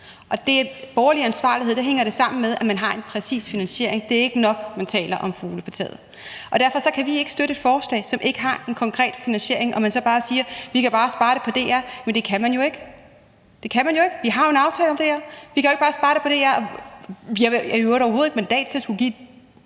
og borgerlig ansvarlighed hænger sammen med, at man har en præcis finansiering. Det er ikke nok, at man taler om fugle på taget, og derfor kan vi ikke støtte et forslag, som ikke har en konkret finansiering, og hvor man så bare siger, at vi bare kan spare det på DR, for det kan man jo ikke. Det kan man jo ikke. Vi har jo en aftale om DR. Vi kan ikke bare spare det på DR, og vi har i øvrigt overhovedet ikke mandat til at skulle sige noget